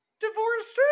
divorced